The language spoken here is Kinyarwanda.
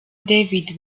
david